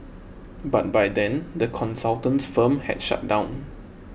but by then the consultant's firm had shut down